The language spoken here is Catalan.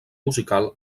musical